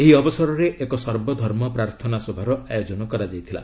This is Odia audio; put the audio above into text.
ଏହି ଅବସରରେ ଏକ ସର୍ବଧର୍ମ ପ୍ରାର୍ଥନା ସଭାର ଆୟୋଜନ କରାଯାଇଥିଲା